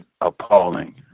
appalling